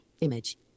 Image